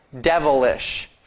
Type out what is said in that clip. devilish